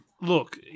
Look